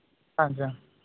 ᱟᱪᱪᱷᱟ